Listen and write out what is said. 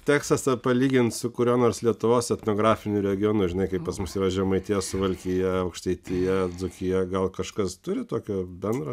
teksasą palygint su kuriuo nors lietuvos etnografiniu regionu žinai kai pas mus yra žemaitija suvalkija aukštaitija dzūkija gal kažkas turi tokio bendro